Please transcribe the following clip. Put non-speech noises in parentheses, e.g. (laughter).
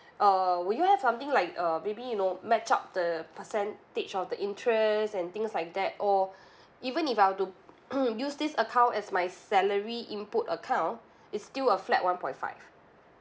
uh would you have something like a maybe you know match up the percentage of the interest and things like that or even if I were to (noise) use this account as my salary input account it's still a flat one point five